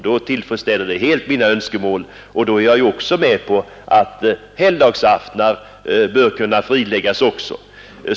Då är jag fullt tillfredsställd, och då är jag också med på att även vissa helgdagsaftnar bör kunna friläggas.